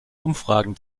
umfragen